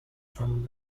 from